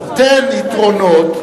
תן יתרונות,